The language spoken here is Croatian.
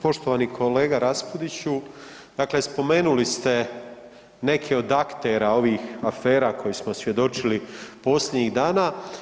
Poštovani kolega Raspudiću, dakle spomenuli ste neke od aktera od ovih afera koje smo svjedočili posljednjih dana.